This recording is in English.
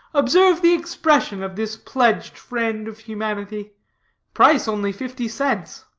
observe the expression of this pledged friend of humanity price only fifty cents.